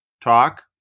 talk